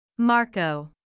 Marco